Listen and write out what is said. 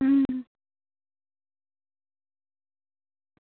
अं